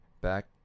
back